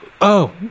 Oh